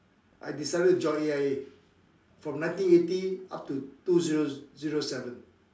I decided to join A_I_A from nineteen eighty up to two zero zero seven